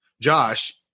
Josh